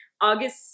August